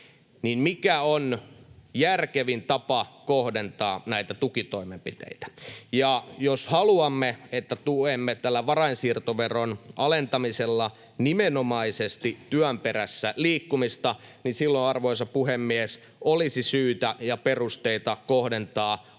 mikä on järkevin tapa kohdentaa näitä tukitoimenpiteitä. Jos haluamme, että tuemme tällä varainsiirtoveron alentamisella nimenomaisesti työn perässä liikkumista, niin silloin, arvoisa puhemies, olisi syytä ja perusteita kohdentaa alennus